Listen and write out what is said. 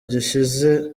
gishize